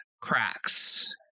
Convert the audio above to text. cracks